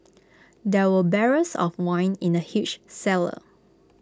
there were barrels of wine in the huge cellar